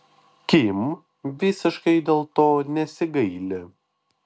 kim visiškai dėl to nesigaili